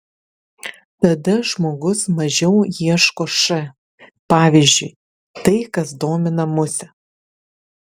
tada žmogus mažiau ieško š pavyzdžiui tai kas domina musę